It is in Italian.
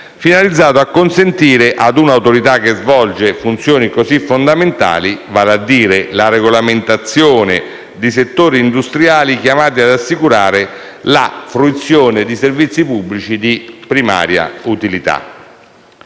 finalizzato a consentire a un'Autorità di svolgere funzioni davvero fondamentali, vale a dire la regolamentazione di settori industriali chiamati ad assicurare la fruizione di servizi pubblici di primaria utilità.